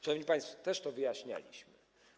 Szanowni państwo, też to wyjaśnialiśmy.